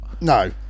No